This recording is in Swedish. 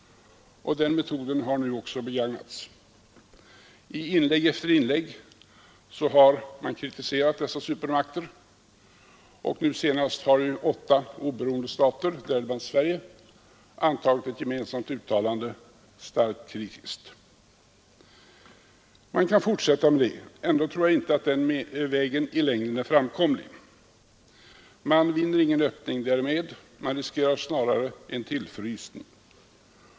Den metoden har nu också begagnats. I inlägg efter inlägg har man kritiserat dessa supermakter, och nu senast har åtta oberoende stater, däribland Sverige, antagit ett gemensamt uttalande, starkt kritiskt. Man kan fortsätta med det. Ändå tror jag inte att den vägen i längden är framkomlig. Man vinner ingen öppning därmed, utan man riskerar snarare en tillfrysning.